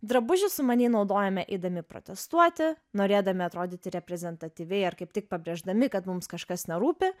drabužį sumaniai naudojame eidami protestuoti norėdami atrodyti reprezentatyviai ar kaip tik pabrėždami kad mums kažkas nerūpi